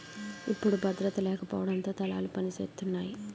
ఇప్పుడు భద్రత లేకపోవడంతో దళాలు పనిసేతున్నాయి